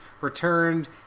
returned